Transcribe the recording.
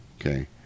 Okay